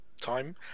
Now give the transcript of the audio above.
time